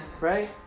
right